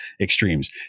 extremes